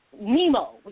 Nemo